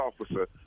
officer